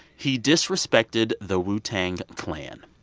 he disrespected the wu-tang clan.